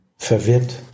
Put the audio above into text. verwirrt